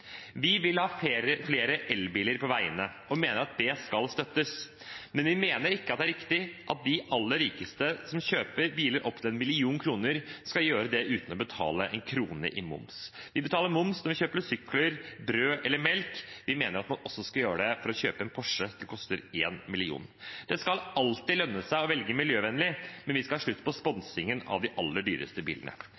Vi vil ha flere elbiler på veiene og mener at det skal støttes. Men vi mener ikke at det er riktig at de aller rikeste som kjøper biler opp til 1 mill. kr, skal gjøre det uten å betale en krone i moms. Vi betaler moms når vi kjøper sykler, brød eller melk. Vi mener at man også skal gjøre det for å kjøpe en Porsche som koster 1 mill. kr. Det skal alltid lønne seg å velge miljøvennlig, men vi skal ha slutt på